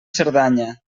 cerdanya